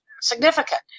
significant